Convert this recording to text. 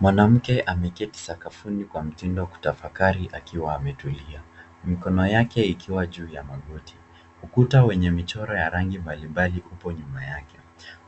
Mwanamke ameketi sakafuni kwa mtundo wa kutafakari akiwa ametulia. Mikono yake ikiwa juu ya magoti. Ukuta wenye michoro ya rangi mbalimbali upo nyuma yake.